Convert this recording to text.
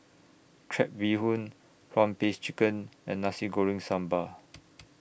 Crab Bee Hoon Prawn Paste Chicken and Nasi Goreng Sambal